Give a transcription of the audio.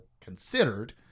considered